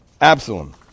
Absalom